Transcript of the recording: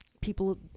people